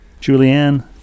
Julianne